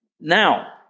Now